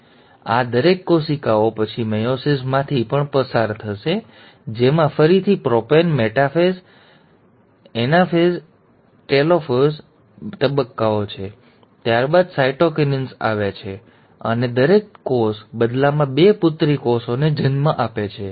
તે પછી આ દરેક કોશિકાઓ પછી મેયોસિસમાંથી પણ પસાર થશે જેમાં ફરીથી પ્રોપેઝ મેટાફેઝ એનાફેઝ એનાફેઝ ટેલોફેઝના તબક્કાઓ છે ત્યારબાદ સાયટોકિન્સિસ આવે છે અને દરેક કોષ બદલામાં બે પુત્રી કોષોને જન્મ આપે છે